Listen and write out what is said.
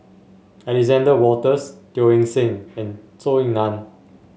Alexander Wolters Teo Eng Seng and Zhou Ying Nan